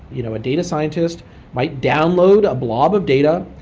you know a data scientist might download a blob of data,